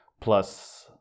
plus